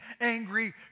angry